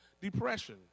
depression